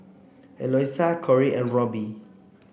Eloisa Cory and Robby